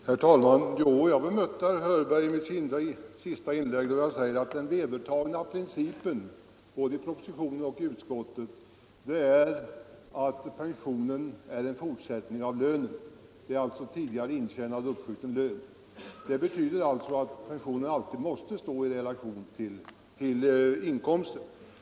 Herr talman! Jo, jag bemötte herr Hörbergs senaste inlägg och sade att den vedertagna principen, både i propositionen och i utskottsbetänkandet, är att pensionen är en fortsättning av lönen. Den är alltså tidigare intjänad men uppskjuten lön. Det betyder att pensionen alltid måste stå i relation till inkomsten.